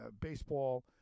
baseball